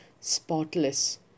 spotless